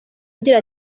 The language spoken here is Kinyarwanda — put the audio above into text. agira